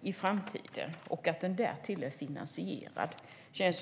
i framtiden och som därtill är finansierad, ger där.